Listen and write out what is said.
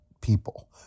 people